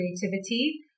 creativity